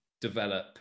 develop